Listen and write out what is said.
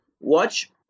watch